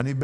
אני